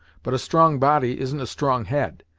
but a strong body isn't a strong head,